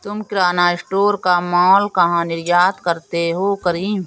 तुम किराना स्टोर का मॉल कहा निर्यात करते हो करीम?